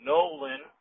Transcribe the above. Nolan